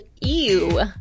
EW